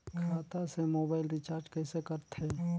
खाता से mobile recharge कइसे करथे